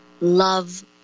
love